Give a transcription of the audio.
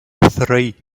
three